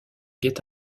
guet